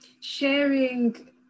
sharing